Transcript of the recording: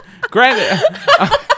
Granted